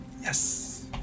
yes